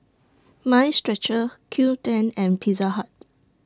Mind Stretcher Qoo ten and Pizza Hut